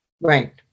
Right